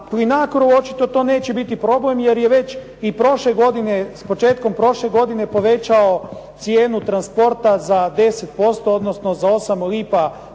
Plinacrou to očito neće biti problem jer je već i prošle godine, s početkom prošle godine povećao cijenu transporta za 10%, odnosno za 8 lipa